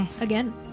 Again